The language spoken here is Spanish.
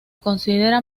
considera